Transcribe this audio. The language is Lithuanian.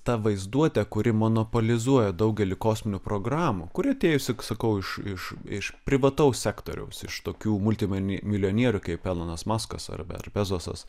ta vaizduotė kuri monopolizuoja daugelį kosminių programų kuri atėjusi sakau iš iš iš privataus sektoriaus iš tokių multimilijonierių kaip elonas muskas ar ar bezosas